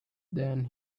than